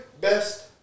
best